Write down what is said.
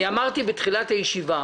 אמרתי בתחילת הישיבה